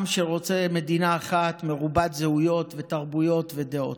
עם שרוצה מדינה אחת, מרובת זהויות ותרבויות ודעות.